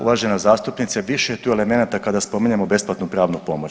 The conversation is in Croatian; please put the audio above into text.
Uvažena zastupnice, više je tu elemenata kada spominjemo besplatnu pravnu pomoć.